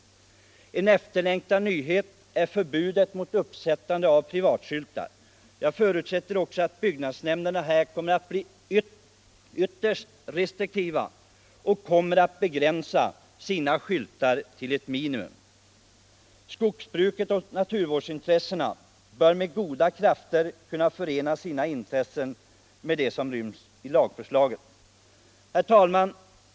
— och skogsvårdsla En efterlängtad nyhet är förbudet mot uppsättande av privatskyltar. Jag gen, m.m. förutsätter också att byggnadsnämnderna härvidlag kommer att bli ytterst restriktiva och begränsa antalet tillåtna skyltar till ett minimum. Skogsbruket och naturvårdsintressena bör med goda krafter kunna förena sina intressen med de bestämmelser som ryms i lagförslaget. Herr talman!